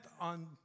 on